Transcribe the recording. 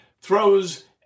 throws